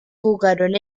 jugaron